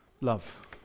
Love